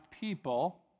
people